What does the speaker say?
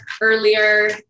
earlier